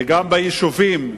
וגם ביישובים,